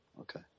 okay